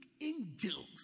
angels